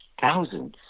thousands